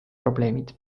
probleemid